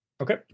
okay